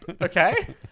Okay